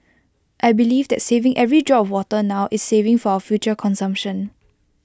I believe that saving every drop of water now is saving for our future consumption